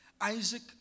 Isaac